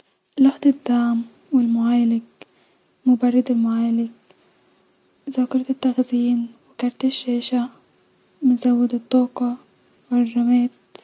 لوحه الدعم-والمعالج-مبرد المعالج-ذاكره التخزين-كرت الشاشه-مزود الطاقه-والرامات